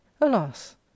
alas